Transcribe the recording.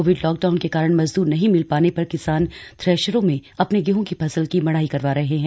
Covid lockdown के कारण मजद्र नहीं मिल पाने पर किसान थ्रेशरों में अपने गेहूं की फसल की मड़ाई करवा रहे हैं